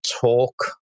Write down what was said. talk